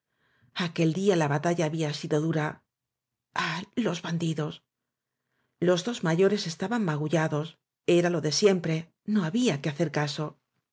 aquel día la batalla había sido dura ahv los bandidos los dos mayores estaban magu llados era lo de siempre no había que hacer caso